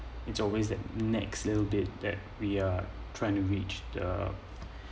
it's always that next level date that we are trying to reach the